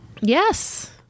Yes